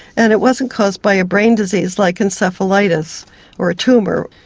and it wasn't caused by a brain disease like encephalitis or a tumour.